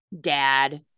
dad